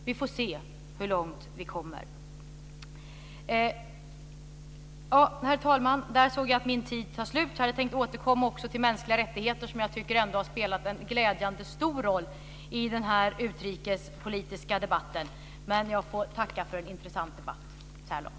Vi får se hur långt vi kommer. Herr talman! Här ser jag att min talartid tar slut. Jag hade tänkt återkomma till mänskliga rättigheter, som jag tycker har spelat en glädjande stor roll i den utrikespolitiska debatten. Jag får tacka för en intressant debatt så här långt.